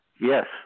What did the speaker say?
Yes